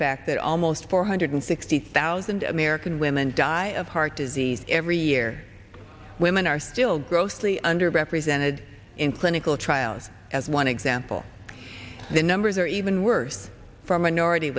fact that almost four hundred sixty thousand american women die of heart disease every year women are still growth the under represented in clinical trials as one example the numbers are even worse for minority